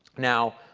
now,